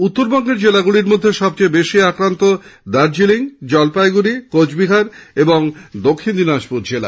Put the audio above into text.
উত্তরবঙ্গের জেলাগুলির মধ্যে সবচেয়ে বেশি আক্রান্ত দার্জিলিং জলপাইগুড়ি কোচবিহার ও দক্ষিণ দিনাজপুর জেলা